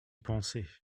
penser